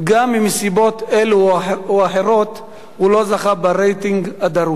גם אם מסיבות אלו או אחרות הוא לא זכה ברייטינג הדרוש.